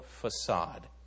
facade